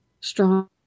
strong